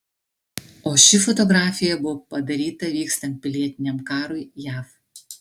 o ši fotografija buvo padaryta vykstant pilietiniam karui jav